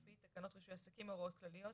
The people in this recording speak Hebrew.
תקנה 14(ד) לתקנות רישוי עסקים (הוראות כלליות),